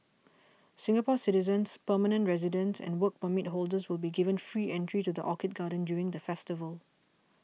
Singapore citizens permanent residents and Work Permit holders will be given free entry to the Orchid Garden during the festival